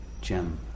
gem